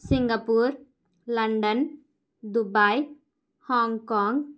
Singapore London Dubai Hong Kong